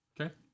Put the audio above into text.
Okay